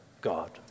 God